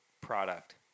product